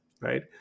right